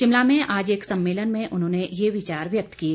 शिमला में आज एक सम्मेलन में उन्होंने ये विचार व्यक्त किए